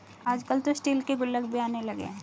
आजकल तो स्टील के गुल्लक भी आने लगे हैं